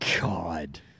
God